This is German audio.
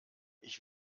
ich